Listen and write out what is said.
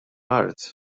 art